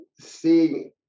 seeing